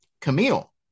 Camille